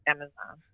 Amazon